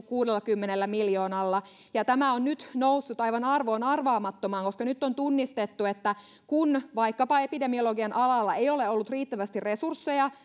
kuudellakymmenellä miljoonalla tämä on nyt noussut aivan arvoon arvaamattomaan koska nyt on tunnistettu että kun vaikkapa epidemiologian alalla ei ole ollut riittävästi resursseja